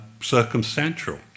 circumstantial